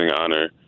honor